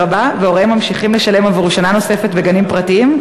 הבא והוריהם ממשיכים לשלם עבור שנה נוספת בגנים פרטיים,